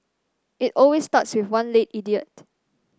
it always starts with one late idiot